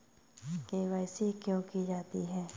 KYC क्यों की जाती है?